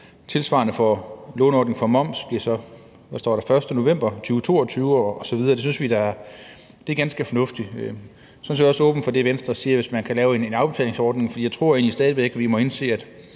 Tilsvarende bliver låneordningen for moms så den 1. november 2022 osv. Det synes vi da er ganske fornuftigt. Jeg er sådan set også åben for det, Venstre siger, altså at man kan lave en afbetalingsordning. For jeg tror egentlig stadig væk, vi må indse,